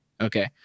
okay